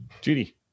Judy